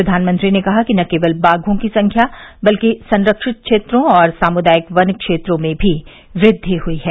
प्रघानमंत्री ने कहा कि न केवल बाघों की संख्या बल्कि संरक्षित क्षेत्रों और सामुदायिक वन क्षेत्रों में भी वृद्धि हुई है